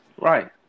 Right